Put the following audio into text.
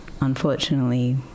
unfortunately